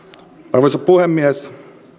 arvoisa puhemies